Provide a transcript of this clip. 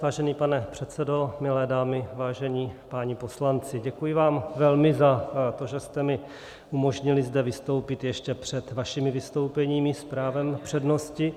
Vážený pane předsedo, milé dámy, vážení páni poslanci, děkuji vám velmi za to, že jste mi umožnili zde vystoupit ještě před vašimi vystoupeními s právem přednosti.